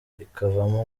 ikavamo